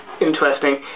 interesting